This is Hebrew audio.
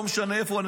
לא משנה איפה,